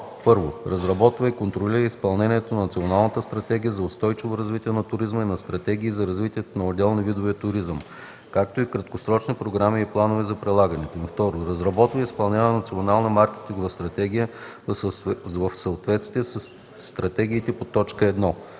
1. разработва и контролира изпълнението на Националната стратегия за устойчиво развитие на туризма и на стратегии за развитие на отделни видове туризъм, както и краткосрочни програми и планове за прилагането им; 2. разработва и изпълнява национална маркетингова стратегия в съответствие със стратегиите по т. 1;